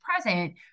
present